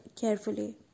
carefully